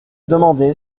demandé